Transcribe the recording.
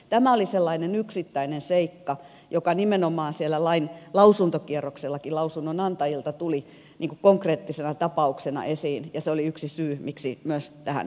tämä oli sellainen yksittäinen seikka joka nimenomaan siellä lain lausuntokierroksellakin lausunnonantajilta tuli konkreettisena tapauksena esiin ja se oli myös yksi syy miksi tähän reagoitiin